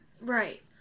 Right